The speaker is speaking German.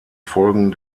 folgen